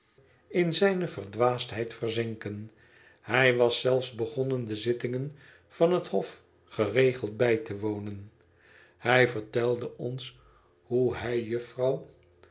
in zijne verdwaasdheid verzinken hij was zelfs begonnen de zittingen van het hof geregeld bij te wonen hij vertelde ons hoe hij